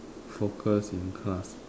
focus in class